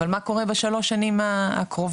אבל מה קורה בשלוש שנים הקרובות.